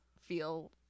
feel